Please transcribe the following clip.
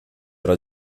era